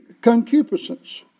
concupiscence